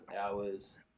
hours